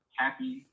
happy